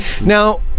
Now